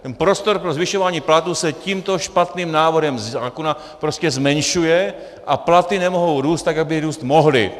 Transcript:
Ten prostor pro zvyšování platů se tímto špatným návrhem zákona prostě zmenšuje a platy nemohou růst tak, jak by růst mohly.